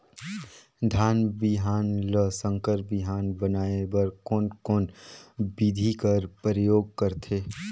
धान बिहान ल संकर बिहान बनाय बर कोन कोन बिधी कर प्रयोग करथे?